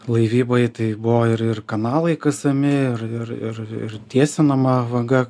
laivybai tai buvo ir ir kanalai kasami ir ir ir ir tiesinama vaga